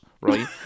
right